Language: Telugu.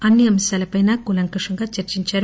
అన్ని అంశాలపైనా కూలంకషంగా చర్చించారు